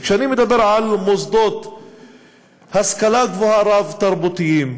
וכשאני מדבר על מוסדות להשכלה גבוהה רב-תרבותיים,